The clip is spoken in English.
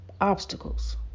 obstacles